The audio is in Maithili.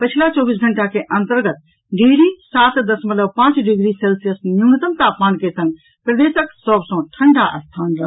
पछिला चौबीस घंटा के अंतर्गत डिहरी सात दशमलव पांच डिग्री सेल्सियस न्यूनतम तापमान के संग प्रदेशक सभ सँ ठंढा स्थान रहल